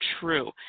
true